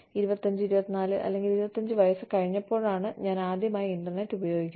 25 24 അല്ലെങ്കിൽ 25 വയസ്സ് കഴിഞ്ഞപ്പോഴാണ് ഞാൻ ആദ്യമായി ഇന്റർനെറ്റ് ഉപയോഗിക്കുന്നത്